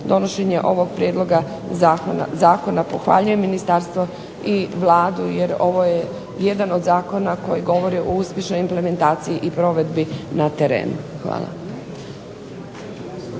donošenje ovog prijedloga zakona, pohvaljujem ministarstvo i Vladu jer ovo je jedan od zakona koji govori o uspješnoj implementaciji i provedbi na terenu. Hvala.